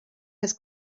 his